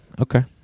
Okay